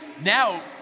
Now